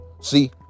See